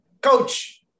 coach